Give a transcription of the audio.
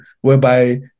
whereby